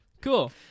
Cool